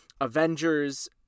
Avengers